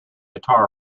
guitar